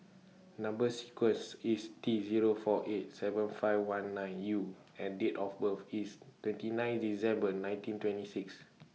Number sequence IS T Zero four eight seven five one nine U and Date of birth IS twenty nine December nineteen twenty six